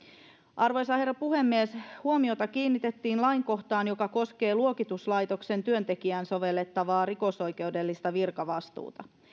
arvoisa herra puhemies huomiota kiinnitettiin lainkohtaan joka koskee luokituslaitoksen työntekijään sovellettavaa rikosoikeudellista virkavastuuta